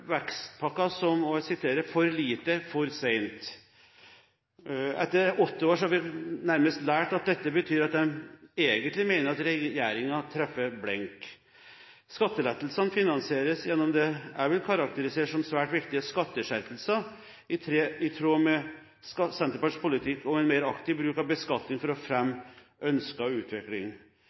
som «for lite, for sent.» Etter åtte år har vi nærmest lært at dette betyr at de egentlig mener at regjeringen treffer blink. Skattelettelsene finansieres gjennom det jeg vil karakterisere som svært viktige skatteskjerpelser i tråd med Senterpartiets politikk om en mer aktiv bruk av beskatning for å